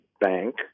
bank